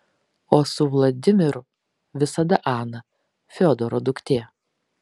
o su vladimiru visada ana fiodoro duktė